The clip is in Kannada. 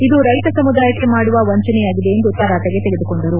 ಇದು ರೈತ ಸಮುದಾಯಕ್ಕೆ ಮಾಡುವ ವಂಚನೆಯಾಗಿದೆ ಎಂದು ತರಾಟೆಗೆ ತೆಗೆದುಕೊಂಡರು